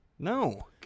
No